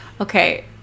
Okay